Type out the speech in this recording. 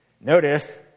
Notice